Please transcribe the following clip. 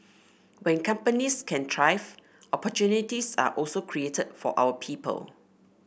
when companies can thrive opportunities are also created for our people